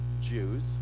Jews